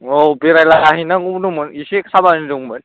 औ बेरायला हैनांगौ दंमोन एसे खामानि दंमोन